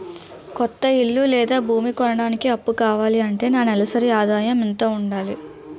కొత్త ఇల్లు లేదా భూమి కొనడానికి అప్పు కావాలి అంటే నా నెలసరి ఆదాయం ఎంత ఉండాలి?